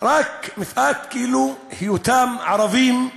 רק מפאת היותם ערבים?